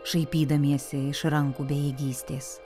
šaipydamiesi iš rankų bejėgystės